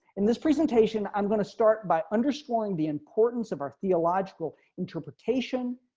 in this presentation, i'm going to start by understanding the importance of our theological interpretation.